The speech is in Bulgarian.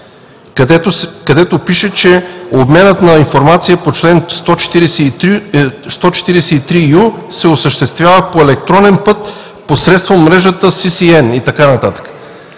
където пише, че обменът на информация по чл. 143ю се осъществява по електронен път посредством мрежата CCN и така